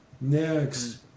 Next